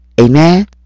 Amen